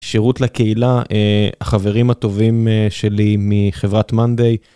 שירות לקהילה, החברים הטובים שלי מחברת מאנדיי.